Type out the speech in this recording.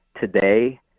today